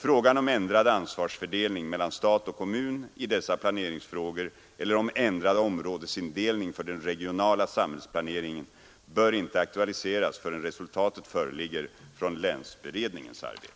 Frågan om ändrad ansvarsfördelning mellan stat och kommun i dessa planeringsfrågor eller om ändrad områdesindelning för den regionala samhällsplaneringen bör inte aktualiseras förrän resultat föreligger från länsberedningens arbete.